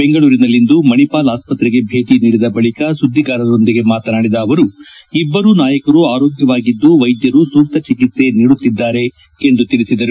ಬೆಂಗಳೂರಿನಲ್ಲಿಂದು ಮಣಿಪಾಲ್ ಆಸ್ಪತ್ರೆಗೆ ಭೇಟಿ ನೀಡಿದ ಬಳಕ ಸುದ್ದಿಗಾರರೊಂದಿಗೆ ಮಾತನಾಡಿದ ಅವರು ಇಬ್ಬರೂ ನಾಯಕರು ಆರೋಗ್ವವಾಗಿದ್ದು ವೈದ್ಯರು ಸೂಕ್ತ ಚಿಕಿತ್ಸೆ ನೀಡುತ್ತಿದ್ದಾರೆ ಎಂದು ತಿಳಿಸಿದರು